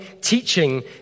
teaching